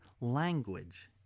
language